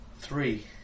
Three